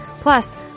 Plus